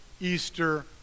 Easter